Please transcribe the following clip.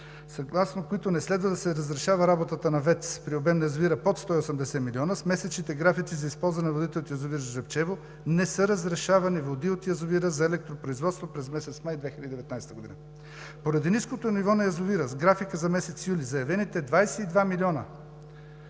съгласно които не следва да се разрешава работата на ВЕЦ при обем на язовира под 180 милиона, с месечните графици за използване на водите от язовир „Жребчево“ не са разрешавани води от язовира за електропроизводство през месец май 2019 г.! Поради ниското ниво на язовира с графика за месец юли заявените 22 милиона